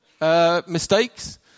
mistakes